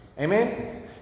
Amen